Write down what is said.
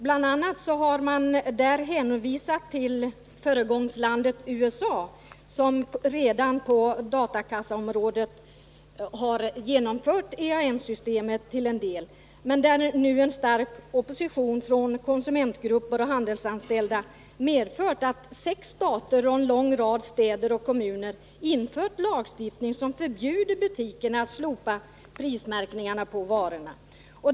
Där heter det bl.a.: ”T USA, föregångslandet på datakassaområdet, har en stark opposition från konsumentgrupper och handelsanställda medfört att sex stater och en lång rad städer och kommuner infört lagstiftning som förbjuder butikerna att slopa prismärkningen på varorna.